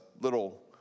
little